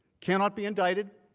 cannot be indicted